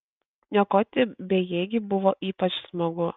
niokoti bejėgį buvo ypač smagu